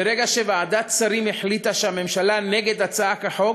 מרגע שוועדת שרים החליטה שהממשלה נגד הצעת החוק,